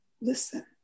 listen